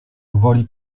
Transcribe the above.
gwoli